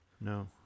No